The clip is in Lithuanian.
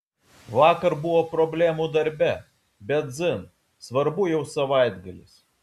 vakar buvo problemų darbe bet dzin svarbu jau savaitgalis